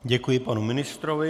Děkuji panu ministrovi.